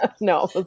No